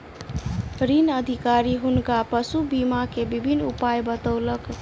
ऋण अधिकारी हुनका पशु बीमा के विभिन्न उपाय बतौलक